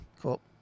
cool